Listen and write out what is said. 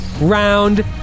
round